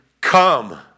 come